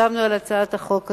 שחתמו על הצעת החוק הזאת,